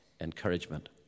encouragement